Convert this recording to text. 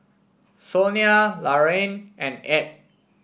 Sonia Laraine and Edd